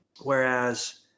Whereas